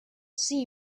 see